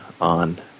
on